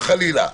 אם, חלילה,